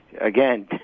Again